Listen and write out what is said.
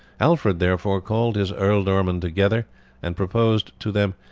alfred therefore called his ealdormen together and proposed to them,